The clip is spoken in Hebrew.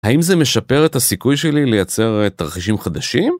האם זה משפר את הסיכוי שלי לייצר תרחישים חדשים?